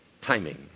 Timing